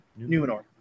Numenor